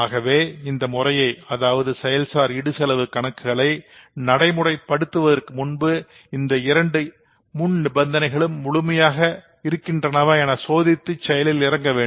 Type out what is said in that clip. ஆகவே இம்முறையை செயல்சார் இடுசெலவு கணக்குகளை நடைமுறைப்படுத்துவதற்கு முன்பு இந்த இரண்டு முன் நிபந்தனைகளும் முழுமையாக இருக்கின்றன என சோதித்து செயலில் இறங்க வேண்டும்